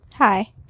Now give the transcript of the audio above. hi